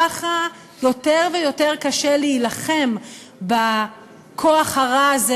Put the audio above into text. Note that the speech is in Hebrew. ככה יותר ויותר קשה להילחם בכוח הרע הזה